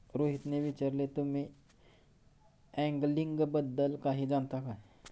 रोहितने विचारले, तुम्ही अँगलिंग बद्दल काही जाणता का?